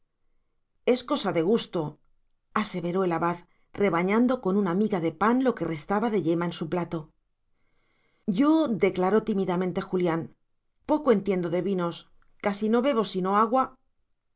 es cosa de gusto aseveró el abad rebañando con una miga de pan lo que restaba de yema en su plato yo declaró tímidamente julián poco entiendo de vinos casi no bebo sino agua